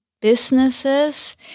businesses